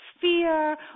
fear